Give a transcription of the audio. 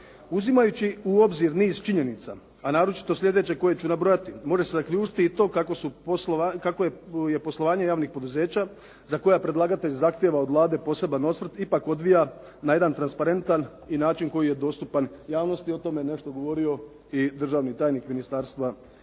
Uzimajući u obzir niz činjenica, a naročito sljedeće koje ću nabrojati, može se zaključiti i to kako je poslovanje javnih poduzeća za koja predlagatelj zahtijeva od Vlade poseban osvrt, ipak odvija na jedan transparentan i način koji je dostupan javnosti. O tome je nešto govorio i državni tajnik Ministarstva